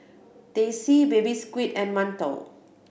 Teh C Baby Squid and mantou